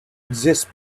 exist